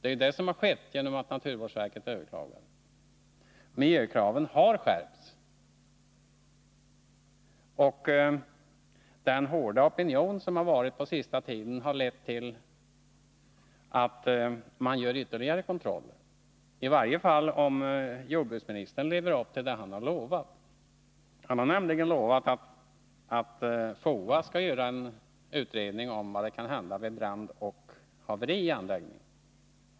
Det är ju vad som skett i och med att naturvårdsverket överklagat. Miljökraven har skärpts. Och den hårda opinionen på senaste tiden har lett till att man gör ytterligare kontroller — i varje fall om jordbruksministern lever upp till det han har lovat. Han har nämligen lovat att FOA skall göra en utredning om vad som kan hända vid brand eller haveri i anläggningen.